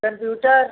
computer